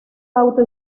auto